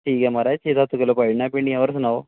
ठीक ऐ महाराज छे सत्त किल्लो पाई ओड़ना भिंडियां होर सनाओ